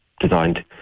designed